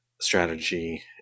strategy